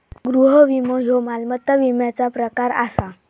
गृह विमो ह्यो मालमत्ता विम्याचा प्रकार आसा